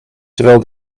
terwijl